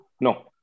no